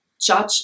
judge